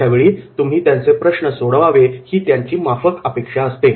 अशावेळी तुम्ही त्यांचे प्रश्न सोडवावे अशी त्यांची अपेक्षा असते